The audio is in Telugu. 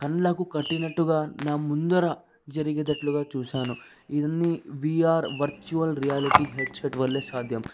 కళ్ళకు కట్టినట్టుగా నా ముందర జరిగేటట్లుగా చూశాను ఇవన్నీ వీఆర్ వర్చువల్ రియాలిటీ హెడ్సెట్ వల్ల సాధ్యం